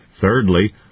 Thirdly